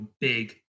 big